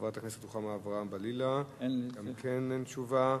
חברת הכנסת רוחמה אברהם-בלילא, גם כן אין תשובה.